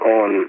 on